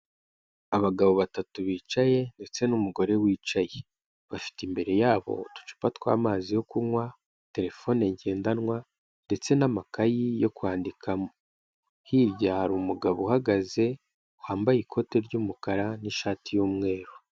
Abagabo batatu bicaye ndetse n'umugore wicaye, bafite imbere yabo uducupa tw'amazi yo kunywa, terefone ngendanwa, ndetse n'amakayi yo kwandikamo, hirya hari umugabo uhagaze wambaye ikote ry'umukara n'ishati yu'mweru.